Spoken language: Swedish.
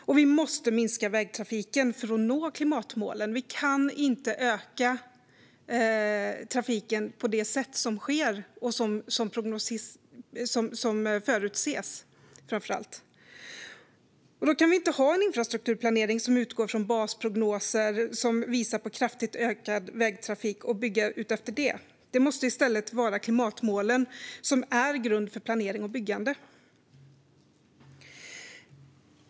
Vägtrafiken måste minska för att vi ska nå klimatmålen. Trafiken kan inte öka på det sätt som sker och som förutses. Då kan vi inte ha en infrastrukturplanering som utgår från basprognoser som visar på kraftigt ökad vägtrafik och bygga utefter det. Det måste i stället vara klimatmålen som är grunden för planering och byggande.